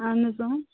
اَہَن حظ